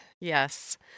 Yes